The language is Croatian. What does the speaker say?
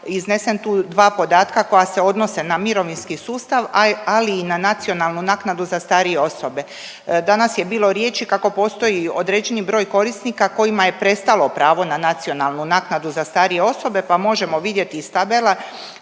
iznesem tu dva podatka koja se odnose na mirovinski sustav, ali i na nacionalnu naknadu za starije osobe. Danas je bilo riječi kako postoji određeni broj korisnika kojima je prestalo pravo na nacionalnu naknadu za starije osobe pa možemo vidjeti iz tabela